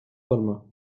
balma